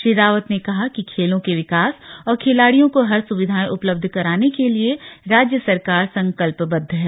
श्री रावत ने कहा कि खेलों के विकास और खिलाड़ियों को हर सुविधाए उपलब्ध कराने के लिए राज्य सरकार संकल्पबद्ध है